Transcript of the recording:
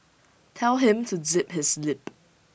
tell him to zip his lip